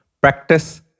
practice